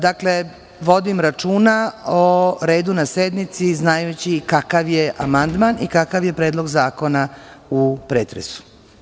Dakle, vodim računa o redu na sednici znajući kakav je amandman i kakav je Predlog zakona u pretresu.